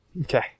Okay